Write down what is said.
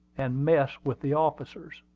and mess with the officers.